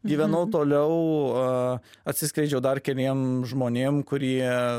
gyvenau toliau a atsiskleidžiau dar keliem žmonėm kurie